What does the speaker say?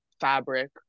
fabric